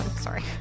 sorry